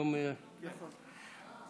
מס' 342,